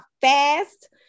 fast